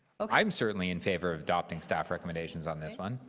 okay. i'm certainly in favor of adopting staff recommendations on this one.